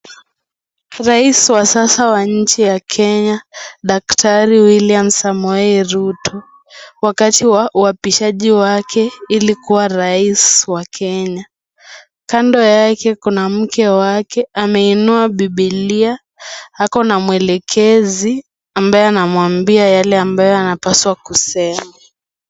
Raisi wa sasa wa nchi ya Kenya Daktari William Samoie Ruto wakati wa uapishaji wake ilikuwa rais wa Kenya kando ya ke kuna mke wake ameinua bibilia ako na mwelekezi ambaye anamuambia yale ambayo anapaswa kusema .